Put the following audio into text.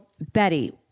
Betty